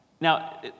Now